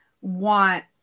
want